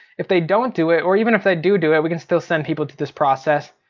if they don't do it, or even if they do do it, we can still send people to this process.